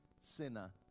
sinner